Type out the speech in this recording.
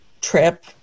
trip